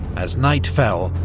as night fell,